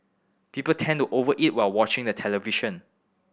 people tend to over eat while watching the television